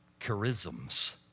charisms